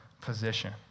position